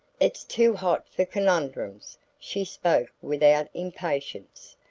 it's too hot for conundrums. she spoke without impatience,